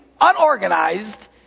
unorganized